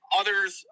others